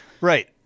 Right